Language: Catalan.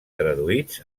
traduïts